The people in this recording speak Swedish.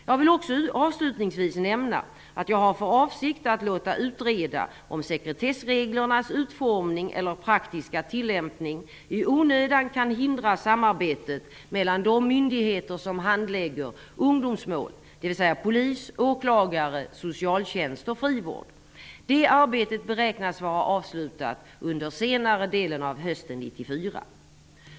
Jag vill också avslutningsvis nämna att jag har för avsikt att låta utreda om sekretessreglernas utformning eller praktiska tillämpning i onödan kan hindra samarbetet mellan de myndigheter som handlägger ungdomsmål, dvs. polis, åklagare, socialtjänst och frivård. Det arbetet beräknas vara avslutat under senare delen av hösten 1994.